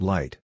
Light